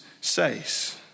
says